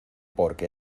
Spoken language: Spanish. porque